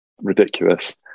ridiculous